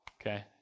okay